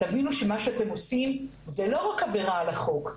תבינו שמה שאתם עושים זה לא רק עבירה על החוק,